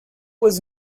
was